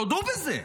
תודו בזה.